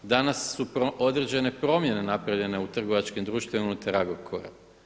Danas su određene promjene napravljene u trgovačkim društvima unutar Agrokora.